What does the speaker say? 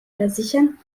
versichern